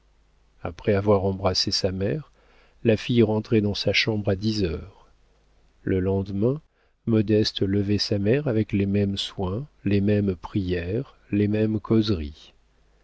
après avoir embrassé sa mère la fille rentrait dans sa chambre à dix heures le lendemain modeste levait sa mère avec les mêmes soins les mêmes prières les mêmes causeries